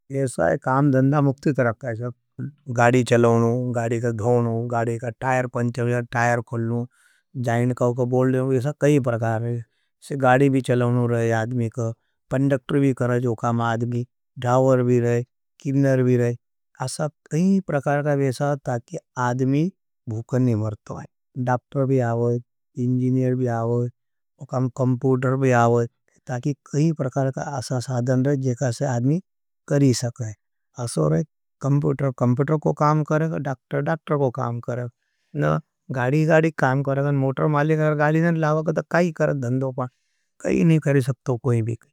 येसा है, काम दन्दा मुक्ति तरखा है सब। गाड़ी चलोनों, गाड़ी का धोनों, गाड़ी का टायर कौन चलो, टायर खलनों, जाइन कौको बोल देनों, येसा कहीं परकार है। से गाड़ी भी चलोनों रहे हैं आदमी का, पंडक्टर भी करें जो काम आदमी, धावर भी रहें, किनर भी रहें, असा कहीं परकार का वेसा है ताकि आदमी भूकन नहीं मरतों हैं। दाप्टर भी आवज, इंजिनियर भी आवज, कंपूर्टर भी आवज, ताकि कहीं परकार का असा सादन रहें जो कासे आदमी करी सकें। असो रहें, कंपूर्टर, कंपूर्टर को काम करें, डाक्टर, डाक्टर को काम करें। गाड़ी गाड़ी काम करें, मोटर माले करें, गाड़ी गाड़ी काम करें।